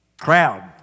crowd